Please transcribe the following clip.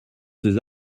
ces